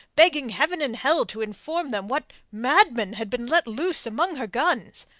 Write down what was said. begging heaven and hell to inform them what madman had been let loose among her guns.